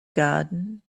garden